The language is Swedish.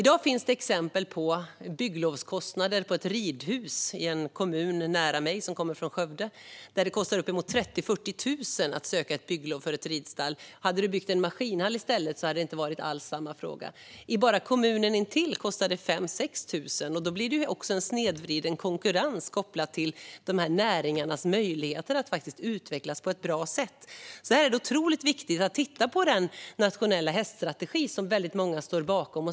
Det finns i dag i en kommun nära mig - jag kommer från Skövde - exempel på att det kostar uppemot 30 000-40 000 att söka bygglov för ett ridstall. Hade du byggt en maskinhall i stället hade det inte alls varit samma kostnad. I kommunen intill kostar det bara 5 000-6 000. Då snedvrids konkurrensen, vilket påverkar möjligheterna för dessa näringar att utvecklas på ett bra sätt. Det är otroligt viktigt att titta på den nationella häststrategi som många står bakom.